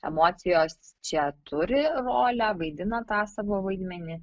emocijos čia turi rolę vaidina tą savo vaidmenį